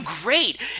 great